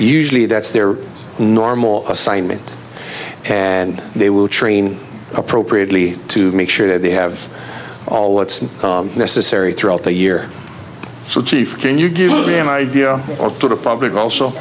usually that's their normal assignment and they will train appropriately to make sure they have all what's necessary throughout the year so chief can you give me an idea or the public also